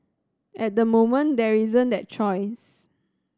at the moment there isn't that choice